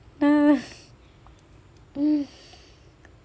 ah